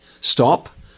stop